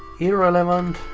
irrelevant.